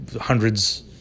hundreds